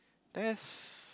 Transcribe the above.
that's